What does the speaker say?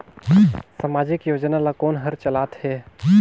समाजिक योजना ला कोन हर चलाथ हे?